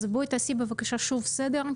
אז בואי תעשי בבקשה שוב סדר,